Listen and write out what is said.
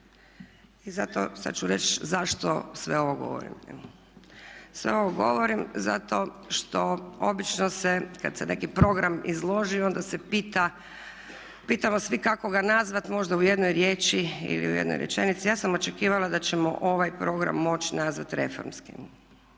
I zato sad ću reći zašto sve ovo govorim? Sve ovo govorim zato što obično se kad se neki program izloži onda se pita, pitamo svi kako ga nazvati možda u jednoj riječi ili u jednoj rečenici. Ja sam očekivala da ćemo ovaj program moći nazvati reformskim.